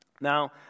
Now